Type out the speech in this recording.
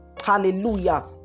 Hallelujah